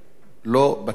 לא בטלפון